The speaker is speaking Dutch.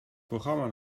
programma